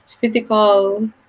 physical